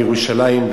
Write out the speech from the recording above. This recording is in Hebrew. בירושלים,